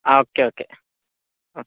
ആഹ് okay okay ഉം